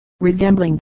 resembling